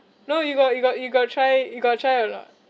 no you got you got you got try you got try or not